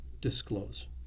disclose